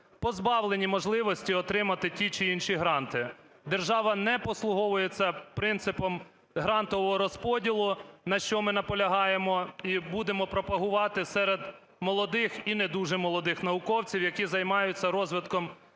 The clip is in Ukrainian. позбавлені можливості отримати ті чи інші гранти. Держава не послуговується принципом грантового розподілу, на що ми наполягаємо і будемо пропагувати серед молодих і не дуже молодих науковців, які займаються розвитком технологій